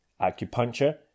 Acupuncture